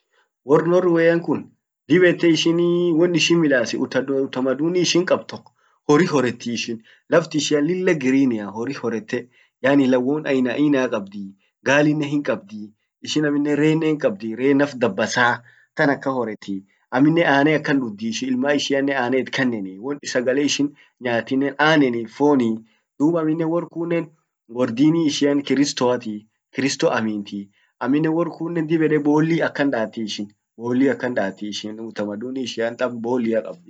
Wor Norway ankun dib ete ishini midasit utamaduni ishin kabd tok horri horreti ishin, laft ishian lilla green ia, horri horrete, yaani lawwon aina aina kabdi, gaalinen hinkabdi, ishin amminen reenen hinkabdi. Ree naf dabasa tan akan horreti. amminen annen akan dudhi. ishin ilman ishianen annen itkanneni. won, sagale ishin nyaatinnen anneni, foni. dub amminen wor kunnen, wor dini ishian kristoati. kristo aminti, amminen wor kun dib ede bolli akan daati ishin, bolli akan daati ishin utamaduni tab bollia kabdi.